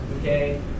okay